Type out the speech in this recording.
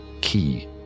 key